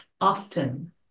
often